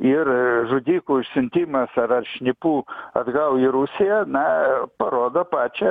ir žudikų siuntimas ar ar šnipų atgal į rusiją na parodo pačią